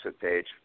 page